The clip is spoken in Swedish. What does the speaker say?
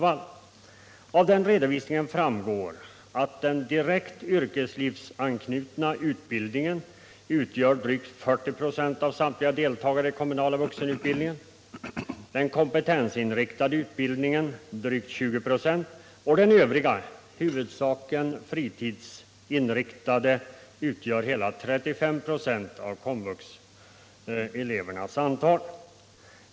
Av redovisningen framgår att den direkt yrkeslivsanknutna utbildningen har drygt 40 926 av samtliga deltagare i den kommunala vuxenutbildningen, den kompetensinriktade utbildningen drygt 20 26, medan den övriga, i huvudsak fritidsinriktade utbildningen har hela 35 26 av komvuxeleverna.